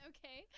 Okay